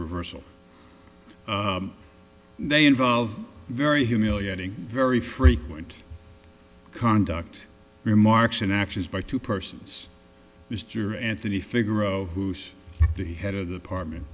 reversal they involve very humiliating very frequent conduct remarks and actions by two persons is juror anthony figaro who's the head of the apartment